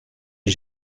est